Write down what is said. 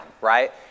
right